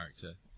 character